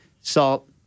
salt